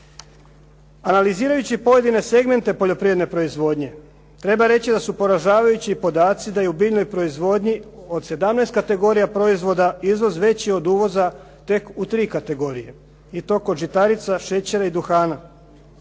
Analizirajući pojedine segmente poljoprivredne proizvodnje treba reći da su poražavajući podaci da je u biljnoj proizvodnji od 17 kategorija proizvoda izvoz veći od uvoza tek u tri kategorije i to kod žitarica, šećera i duhana.